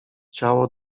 ciało